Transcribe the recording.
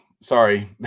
Sorry